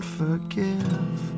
forgive